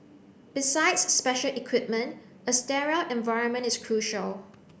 besides special equipment a sterile environment is crucial